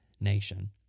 nation